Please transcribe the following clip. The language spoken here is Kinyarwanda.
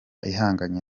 ihanganye